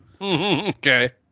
Okay